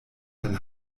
dann